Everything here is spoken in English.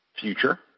future